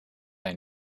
they